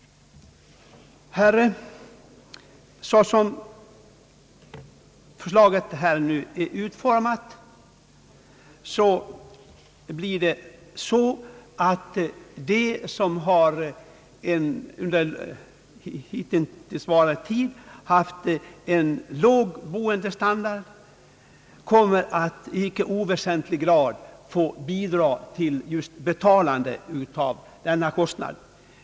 Det förslag som nu har utformats innebär att de som hittills har haft en låg boendestandard i icke oväsentlig grad kommer att få bidra till täckandet av kostnaderna för åtgärder på detta område.